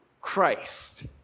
Christ